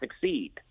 succeed